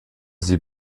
sie